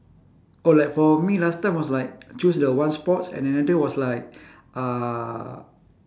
oh like for me last time was like choose the one sports and then another was like uh